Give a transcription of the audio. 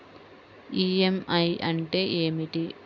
EMI అంటే ఏమిటి?